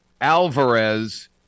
Alvarez